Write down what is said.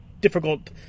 difficult